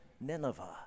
Nineveh